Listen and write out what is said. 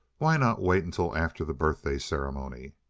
why not wait until after the birthday ceremony?